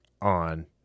on